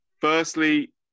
firstly